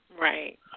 Right